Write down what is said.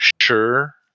Sure